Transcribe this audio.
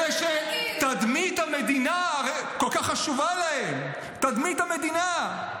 אלה שתדמית המדינה כל כך חשובה להם, תדמית המדינה.